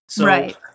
Right